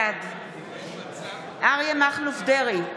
בעד אריה מכלוף דרעי,